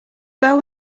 bow